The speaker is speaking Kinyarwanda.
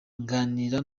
nganira